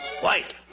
White